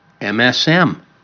MSM